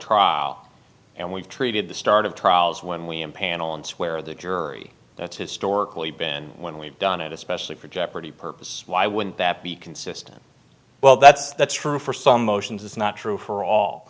trial and we've treated the start of trials when we impanel and swear the jury that's historically been when we've done it especially for jeopardy purposes why wouldn't that be consistent well that's that's true for some motions is not true for all